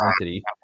entity